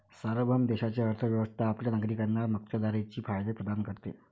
सार्वभौम देशाची अर्थ व्यवस्था आपल्या नागरिकांना मक्तेदारीचे फायदे प्रदान करते